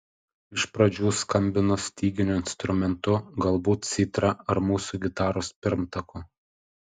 iš pradžių skambino styginiu instrumentu galbūt citra ar mūsų gitaros pirmtaku